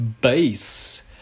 bass